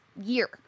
year